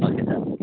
okay sir